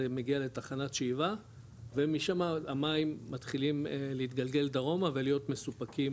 זה מגיע לתחנת שאיבה ומשם המים מתחילים להתגלגל דרומה ולהיות מסופקים